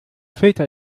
filter